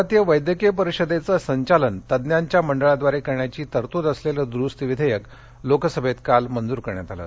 भारतीय वैद्यकिय परिषदेचं संचालन तज्ञांच्या मंडळाद्वारे करण्याची तरतूद असलेलं दुरूस्ती विधेयक लोकसभेत काल मंजूर करण्यात आलं